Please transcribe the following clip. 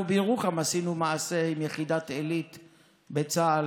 אנחנו בירוחם עשינו מעשה עם יחידת עילית בצה"ל,